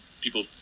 people